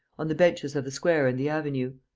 on the benches of the square and the avenue.